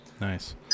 Nice